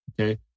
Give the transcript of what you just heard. okay